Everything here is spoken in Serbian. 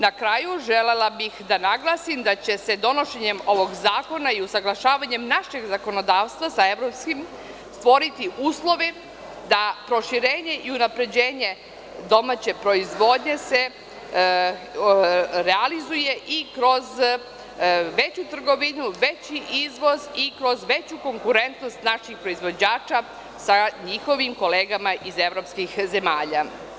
Na kraju, želela bih da naglasim da će se donošenjem ovog zakona i usaglašavanjem našeg zakonodavstva sa evropskim stvoriti uslovi da proširenje i unapređenje domaće proizvodnje se realizuje i kroz veću trgovinu, veći izvoz i kroz veću konkurentnost naših proizvođača sa njihovim kolegama iz evropskih zemalja.